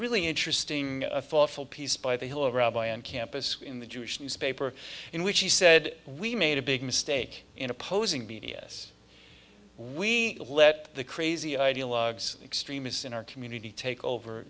really interesting thoughtful piece by the hill rabbi on campus in the jewish newspaper in which he said we made a big mistake in opposing b d s we let the crazy ideologues extremists in our community take over